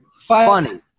funny